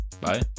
bye